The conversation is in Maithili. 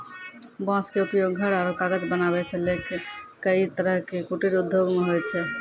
बांस के उपयोग घर आरो कागज बनावै सॅ लैक कई तरह के कुटीर उद्योग मॅ होय छै